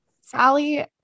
Sally